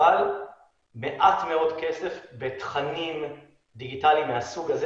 אבל מעט מאוד כסף בתכנים דיגיטליים מהסוג הזה.